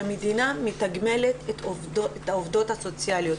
שהמדינה מתגמלת את העובדות הסוציאליות